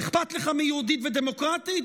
אכפת לך מיהודית ודמוקרטית?